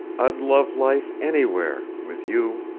i'd love life anywhere with you.